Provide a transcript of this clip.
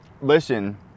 listen